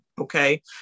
Okay